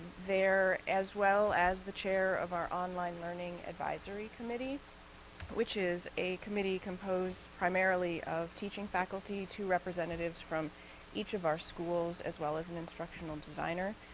there, as well as the chair of our online learning advisory committee which is a committee composed primarily of teaching faculty, two representatives from each of our schools, as well as an instructional designer.